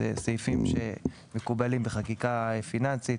אלה סעיפים שמקובלים בחקיקה פיננסית.